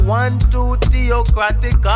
one-two-theocratic